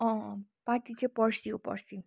अँ पार्टी चाहिँ पर्सी हो पर्सी